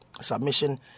submission